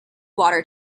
water